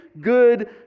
good